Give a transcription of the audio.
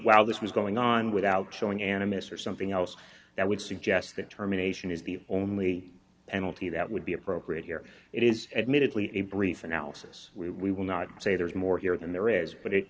while this was going on without showing animus or something else that would suggest that terminations is the only annele t that would be appropriate here it is admittedly a brief analysis we will not say there is more here than there is but it